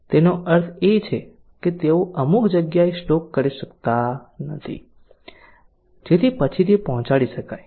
તેનો અર્થ એ કે તેઓ અમુક જગ્યાએ સ્ટોક કરી શકતા નથી જેથી પછીથી પહોંચાડી શકાય